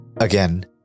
Again